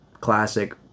classic